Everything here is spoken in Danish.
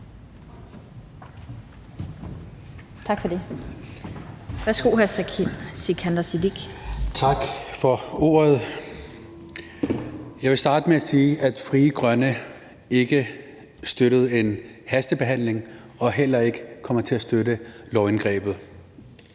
Kl. 16:45 (Privatist) Sikandar Siddique (UFG): Tak for ordet. Jeg vil starte med at sige, at Frie Grønne ikke støttede en hastebehandling og heller ikke kommer til at støtte lovindgrebet.